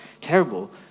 terrible